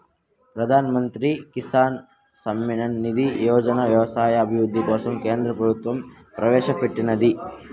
ప్రధాన్ మంత్రి కిసాన్ సమ్మాన్ నిధి యోజనని వ్యవసాయ అభివృద్ధి కోసం కేంద్ర ప్రభుత్వం ప్రవేశాపెట్టినాది